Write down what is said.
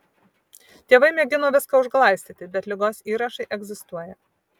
tėvai mėgino viską užglaistyti bet ligos įrašai egzistuoja